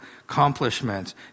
accomplishments